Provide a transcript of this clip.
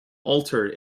altar